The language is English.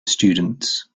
students